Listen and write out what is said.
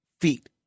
feet